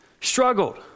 struggled